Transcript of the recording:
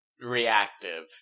reactive